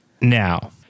Now